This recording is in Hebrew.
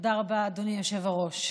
תודה רבה, אדוני היושב-ראש.